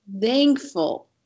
Thankful